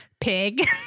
pig